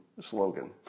slogan